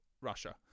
Russia